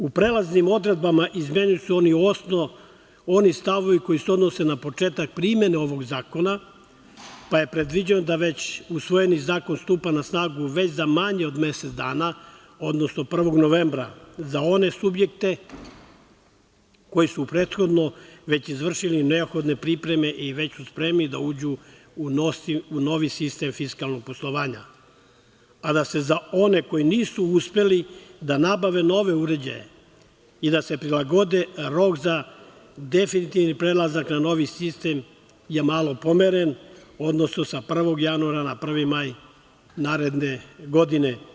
U prelaznim odredbama izmenjeni su oni stavovi koji se odnose na početak primene ovog zakona, pa je predviđeno da već usvojeni zakon stupa na snagu za manje od mesec dana, odnosno 1. novembra za one subjekte koji su prethodno već izvršili neophodne pripreme i već su spremili da uđu novi sistem fiskalnog poslovanja, a da se za one koji nisu uspeli da nabave nove uređaje i da se prilagodi rok za definitivni prelazak na novi sistem je malo pomeren, odnosno sa 1. januara na 1. maj naredne godine.